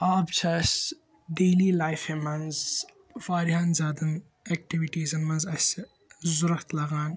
آب چھِ اَسہِ ڈیلی لایفہِ منٛز وارِیاہَن زِیادٕ ایٚکٹِوٹیزن منٛز اَسہِ ضروٗرَت لَگان